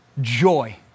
Joy